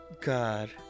God